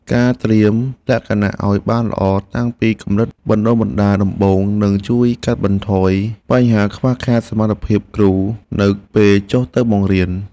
ការត្រៀមលក្ខណៈឱ្យបានល្អតាំងពីកម្រិតបណ្តុះបណ្តាលដំបូងនឹងជួយកាត់បន្ថយបញ្ហាខ្វះខាតសមត្ថភាពគ្រូនៅពេលចុះទៅបង្រៀន។